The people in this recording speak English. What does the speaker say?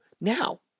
now